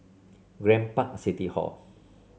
Grand Park City Hall